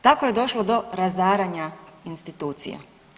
Tako je došlo do razaranja institucija.